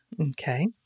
Okay